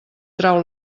trau